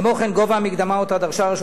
כמו כן גובה המקדמה שאותה דרשה רשות